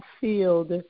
field